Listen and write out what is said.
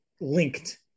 linked